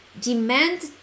demand